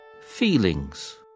feelings